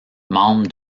membre